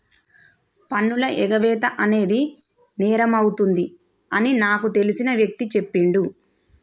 పన్నుల ఎగవేత అనేది నేరమవుతుంది అని నాకు తెలిసిన వ్యక్తి చెప్పిండు